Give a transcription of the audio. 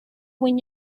when